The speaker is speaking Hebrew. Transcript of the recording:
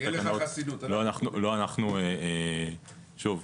תהיה לך חסינות --- לא אנחנו שוב,